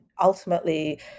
ultimately